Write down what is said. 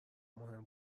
مهم